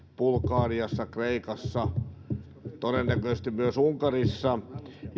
bulgariassa kreikassa ja todennäköisesti myös unkarissa